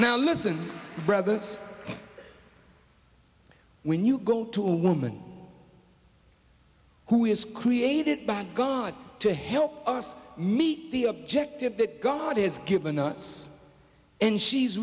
now listen brothers when you go to a woman who is created by god to help us meet the objective that god has given us and she's